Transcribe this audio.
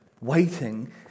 waiting